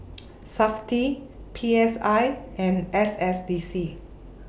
Safti P S I and S S D C